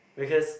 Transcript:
because